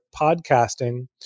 podcasting